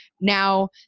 now